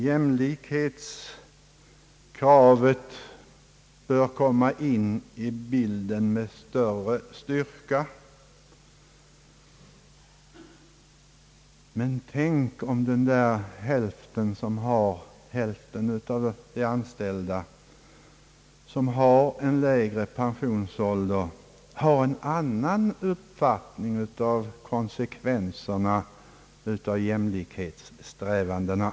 Jämlikhetskravet bör komma in i bilden med större styrka — men tänk om den där hälften av de anställda som har en lägre pensionsålder har en annan uppfattning av konsekvenserna av jämlikhetssträvandena.